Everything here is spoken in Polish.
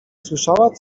słyszała